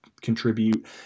contribute